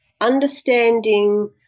understanding